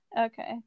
okay